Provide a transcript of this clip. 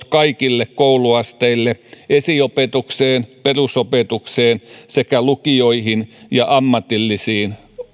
kaikille kouluasteille esiopetukseen perusopetukseen sekä lukioihin ja ammatillisiin